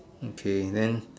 okay then